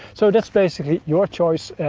so that's basically your choice.